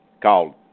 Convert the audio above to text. called